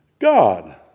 God